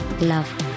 love